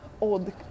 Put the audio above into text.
old